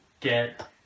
get